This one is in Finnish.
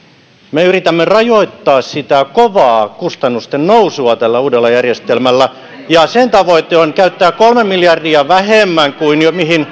me yritämme rajoittaa sitä kovaa kustannusten nousua tällä uudella järjestelmällä ja sen tavoite on käyttää kolme miljardia vähemmän kuin mihin